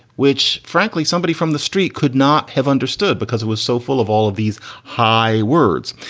which frankly, somebody from the street could not have understood because it was so full of all of these high words.